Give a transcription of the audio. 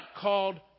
called